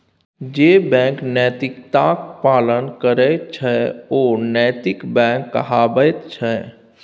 जे बैंक नैतिकताक पालन करैत छै ओ नैतिक बैंक कहाबैत छै